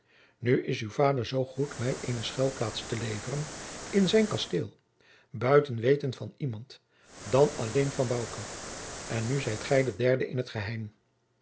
nu is uw vader zoo goed mij eene schuilplaats te leveren in zijn kasteel buiten jacob van lennep de pleegzoon weten van iemand dan alleen van bouke en nu zijt gij de derde in liet geheim